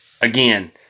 again